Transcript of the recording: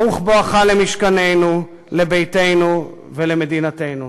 ברוך בואך למשכננו, לביתנו ולמדינתנו.